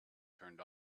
turned